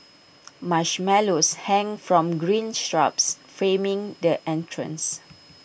marshmallows hang from green shrubs framing the entrance